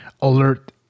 alert